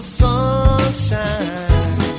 sunshine